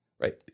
right